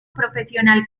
profesional